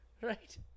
right